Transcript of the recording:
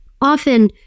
Often